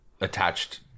attached